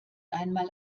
einmal